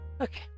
okay